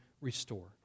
restore